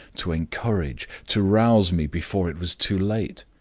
to encourage, to rouse me before it was too late.